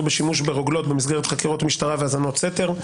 בשימוש ברוגלות במסגרת חקירות משטרה והאזנות סתר,